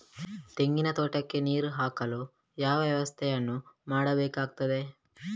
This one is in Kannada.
ತೆಂಗಿನ ತೋಟಕ್ಕೆ ನೀರು ಹಾಕಲು ಯಾವ ವ್ಯವಸ್ಥೆಯನ್ನು ಮಾಡಬೇಕಾಗ್ತದೆ?